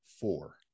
four